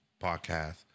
podcast